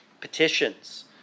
petitions